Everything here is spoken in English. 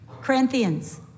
Corinthians